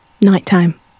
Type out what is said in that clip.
Nighttime